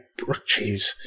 Jeez